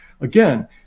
Again